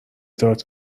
داد